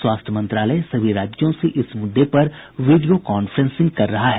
स्वास्थ्य मंत्रालय सभी राज्यों से इस मुद्दे पर वीडियो कांफ्रेंसिंग कर रहा है